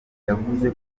yavuze